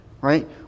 right